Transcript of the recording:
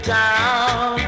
town